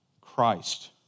Christ